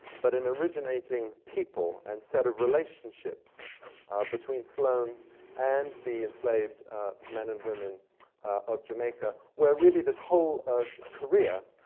but an originating people and set of relationships between sloane and the enslaved men and women of jamaica, where really this whole ah career